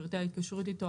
פרטי ההתקשרות איתו,